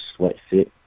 SweatFit